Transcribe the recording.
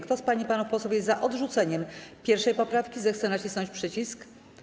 Kto z pań i panów posłów jest za odrzuceniem 1. poprawki, zechce nacisnąć przycisk.